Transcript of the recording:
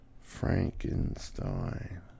Frankenstein